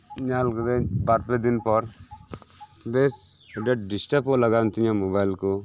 ᱧᱮᱞ ᱠᱤᱫᱟᱹᱧ ᱵᱟᱨᱯᱮ ᱫᱤᱱᱯᱚᱨ ᱵᱮᱥ ᱟᱹᱰᱤ ᱟᱴ ᱰᱤᱥᱴᱟᱯᱚᱜ ᱞᱟᱜᱟᱣᱮᱱ ᱛᱤᱧᱟᱹ ᱢᱚᱵᱟᱭᱤᱞᱠᱩ